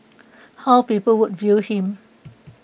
how people would view him